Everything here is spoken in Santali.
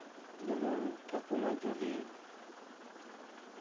ᱡᱮᱢᱚᱱ ᱴᱷᱟᱹᱠᱩᱢᱟ ᱡᱷᱩᱞᱤ